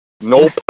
nope